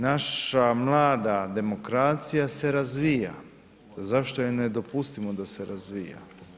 Naša mlada demokracija se razvija, zašto joj ne dopustimo da se razvija?